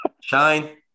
Shine